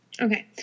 Okay